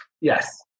Yes